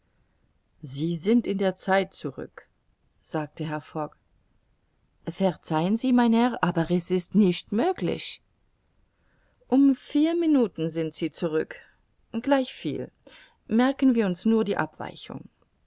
sie sind in der zeit zurück sagte herr fogg verzeihen sie mein herr aber es ist nicht möglich um vier minuten sind sie zurück gleichviel merken wir uns nur die abweichung